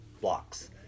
blocks